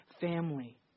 family